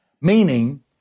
meaning